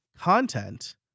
content